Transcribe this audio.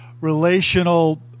relational